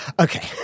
okay